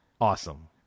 Awesome